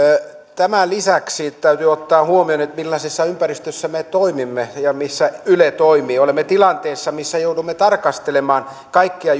tämän lisäksi täytyy ottaa huomioon millaisessa ympäristössä me toimimme ja ja missä yle toimii olemme tilanteessa missä joudumme tarkastelemaan kaikkia